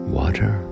water